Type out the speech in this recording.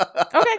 Okay